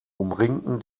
umringten